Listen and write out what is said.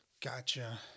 Gotcha